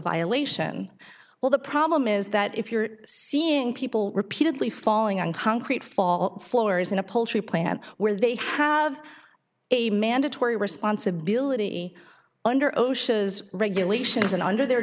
violation well the problem is that if you're seeing people repeatedly falling on concrete fall floors in a poultry plant where they have a mandatory responsibility under osha's regulations and under their